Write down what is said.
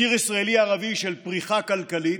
ציר ישראלי-ערבי של פריחה כלכלית,